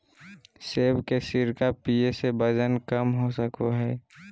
सेब के सिरका पीये से वजन कम हो सको हय